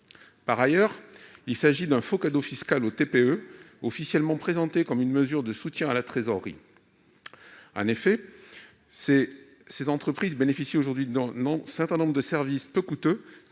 Par ailleurs, il s'agit d'un faux cadeau fiscal, officiellement présenté comme une mesure de soutien à la trésorerie des TPE. En effet, ces entreprises bénéficient aujourd'hui d'un certain nombre de services coûteux